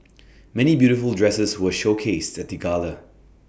many beautiful dresses were showcased at the gala